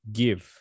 give